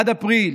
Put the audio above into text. עד אפריל.